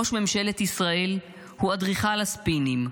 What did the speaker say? ראש ממשלת ישראל הוא אדריכל הספינים,